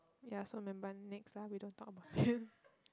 yeah so remember next lah we don't talk about it